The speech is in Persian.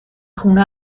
خونه